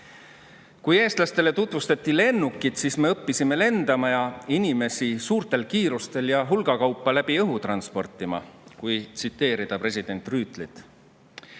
Kui eestlastele tutvustati lennukit, siis me õppisime lendama ja inimesi suurtel kiirustel ja hulgakaupa läbi õhu transportima, kui tsiteerida president Rüütlit.